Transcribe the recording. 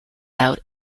out